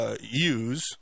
use